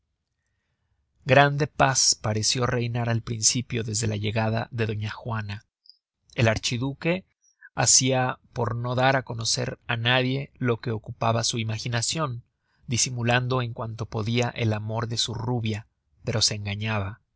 grande paz pareció reinar al principio desde la llegada de doña juana el archiduque hacia por no dar á conocer á nadie lo que ocupaba su imaginacion disimulando en cuanto podia el amor de su rubia pero se engañaba